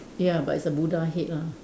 ya but it's a Buddha head lah